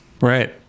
Right